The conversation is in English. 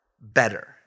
better